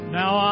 now